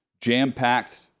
jam-packed